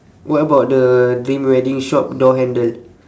what about the dream wedding shop door handle